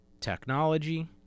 technology